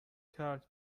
کرد